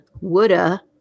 woulda